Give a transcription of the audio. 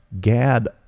gad